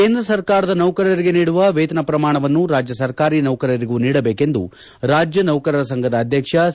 ಕೇಂದ್ರ ಸರ್ಕಾರದ ನೌಕರರಿಗೆ ನೀಡುವ ವೇತನ ಪ್ರಮಾಣವನ್ನು ರಾಜ್ಯ ಸರ್ಕಾರಿ ನೌಕರರಿಗೂ ನೀಡಬೇಕೆಂದು ರಾಜ್ಯ ನೌಕರರ ಸಂಘದ ಅಧ್ಯಕ್ಷ ಸಿ